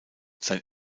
sein